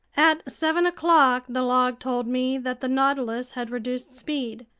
at seven o'clock the log told me that the nautilus had reduced speed.